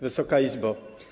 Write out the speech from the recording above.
Wysoka Izbo!